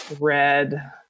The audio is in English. red